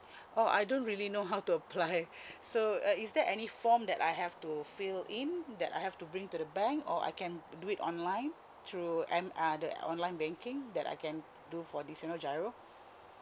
oh I don't really know how to apply so uh is there any form that I have to fill in that I have to bring to the bank or I can do it online through am uh the online banking that I can do for this you know giro